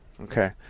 Okay